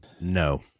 No